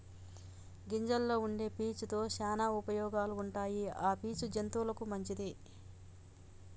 గింజల్లో వుండే పీచు తో శానా ఉపయోగాలు ఉంటాయి ఆ పీచు జంతువులకు మంచిది